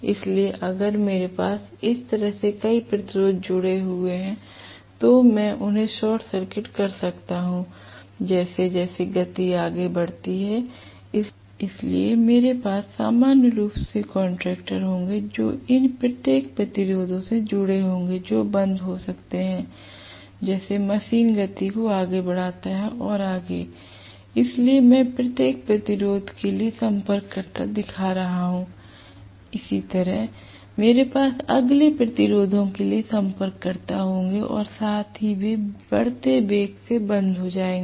इसलिए अगर मेरे पास इस तरह के कई प्रतिरोध जुड़े हुए हैं तो मैं उन्हें शॉर्ट सर्किट कर सकता हूं जैसे जैसे गति आगे बढ़ती है इसलिए मेरे पास सामान्य रूप से कॉन्टैक्टर्स होंगे जो इन प्रत्येक प्रतिरोधों से जुड़े होंगे जो बंद हो सकते हैं जैसे मशीन गति को आगे बढ़ाते हैं और आगे इसलिए मैं प्रत्येक प्रतिरोध के लिए संपर्ककर्ता दिखा रहा हूं इसी तरह मेरे पास अगले प्रतिरोधों के लिए संपर्ककर्ता होंगे और साथ ही वे बढ़ते वेग से बंद हो जाएंगे